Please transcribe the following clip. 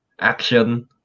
action